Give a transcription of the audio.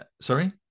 sorry